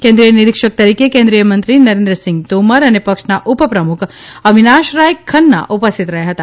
કેન્દ્રીય નિરિક્ષક તરીકે કેન્દ્રીયમંત્રી નરેદ્રંસિંગ તોમર અને પક્ષના ઉપપ્રમુખ અવિનાશરાય ખન્ના ઉપસ્થિત રહ્યા હતા